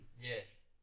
Yes